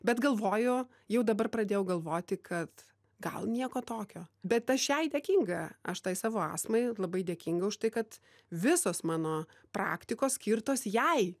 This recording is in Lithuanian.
bet galvoju jau dabar pradėjau galvoti kad gal nieko tokio bet aš jai dėkinga aš tai savo astmai labai dėkinga už tai kad visos mano praktikos skirtos jai